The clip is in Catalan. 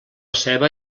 ceba